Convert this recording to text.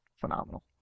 phenomenal